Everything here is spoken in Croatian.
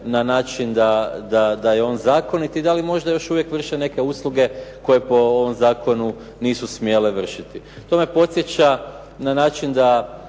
na način da je on zakonit i da li možda još uvijek vrše neke usluge koje po ovom zakonu nisu smjele vršiti. To me podsjeća na način da